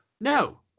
No